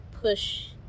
push